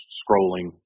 scrolling